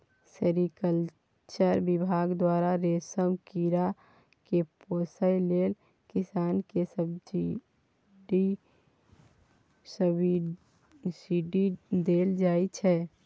sericulture बिभाग द्वारा रेशम कीरा केँ पोसय लेल किसान केँ सब्सिडी देल जाइ छै